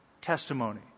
testimony